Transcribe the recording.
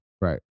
Right